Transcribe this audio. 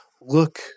look